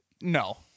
no